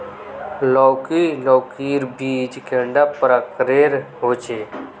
लौकी लौकीर बीज कैडा प्रकारेर होचे?